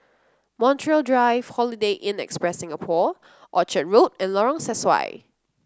Montreal Drive Holiday Inn Express Singapore Orchard Road and Lorong Sesuai